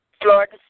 Florida